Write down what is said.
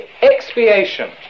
expiation